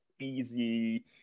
easy